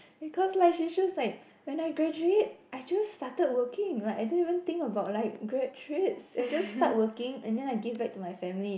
because like she's just like when I graduate I just started working like I don't think about like grad trips I just start working and then I give back to my family